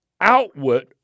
outward